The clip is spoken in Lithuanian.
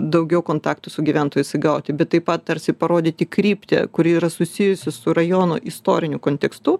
daugiau kontaktų su gyventojais įgauti bet taip pat tarsi parodyti kryptį kuri yra susijusi su rajono istoriniu kontekstu